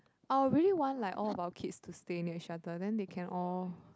I'll really want like all about kids to stay near each other then they can all